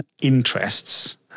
interests